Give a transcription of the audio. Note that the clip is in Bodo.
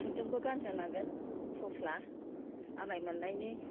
खुन्दुंबो गानहोनांगोन थफ्ला आमाइ मोननायनि